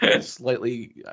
slightly